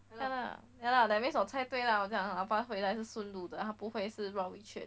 ya ya lah that means 我猜对 lah 我讲老爸回来是顺路的他不会是绕一圈的